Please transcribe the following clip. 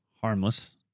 harmless